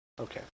Okay